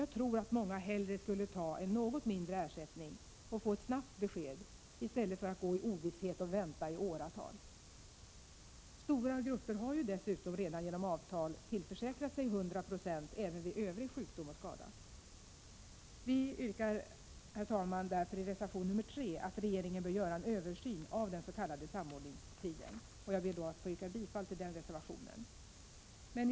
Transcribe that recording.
Jag tror att många hellre skulle ta en något mindre ersättning och få ett snabbt besked än att gå i ovisshet och vänta i åratal. Stora grupper har dessutom redan genom avtal tillförsäkrat sig 100 96 även vid övrig sjukdom och skada. Herr talman! Vi yrkar därför i reservation 3 att regeringen skall göra en översyn av den s.k. samordningstiden. Jag ber att få yrka bifall till denna reservation.